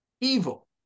evil